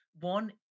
one